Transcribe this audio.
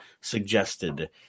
suggested